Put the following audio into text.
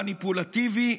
מניפולטיבי,